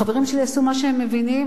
חברים שלי יעשו מה שהם מבינים,